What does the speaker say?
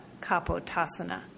kapotasana